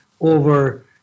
over